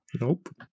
Nope